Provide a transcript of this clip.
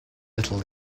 little